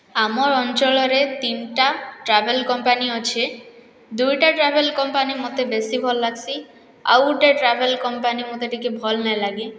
ଆମର୍ ଅଞ୍ଚଳରେ ତିନ୍ଟା ଟ୍ରାଭେଲ୍ କମ୍ପାନୀ ଅଛେ ଦୁଇଟା ଟ୍ରାଭେଲ୍ କମ୍ପାନୀ ମତେ ବେଶି ଭଲ୍ ଲାଗ୍ସି ଆଉ ଗୁଟେ ଟ୍ରାଭେଲ୍ କମ୍ପାନୀ ମତେ ଟିକେ ଭଲ୍ ନାଇଁ ଲାଗେ